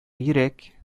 йөрәк